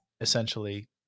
essentially